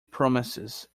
promises